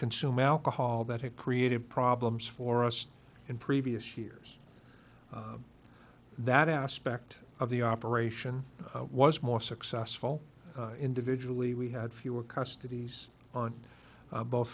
consume alcohol that had created problems for us in previous years that aspect of the operation was more successful individually we had fewer custody s on